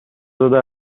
زده